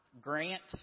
Grant's